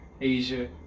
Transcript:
Asia